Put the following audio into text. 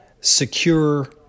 secure